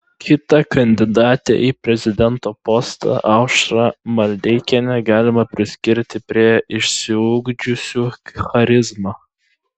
kitą kandidatę į prezidento postą aušrą maldeikienę galima priskirti prie išsiugdžiusių charizmą